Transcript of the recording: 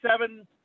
seven